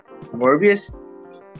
Morbius